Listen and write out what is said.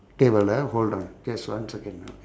table ah hold on just one second